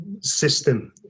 system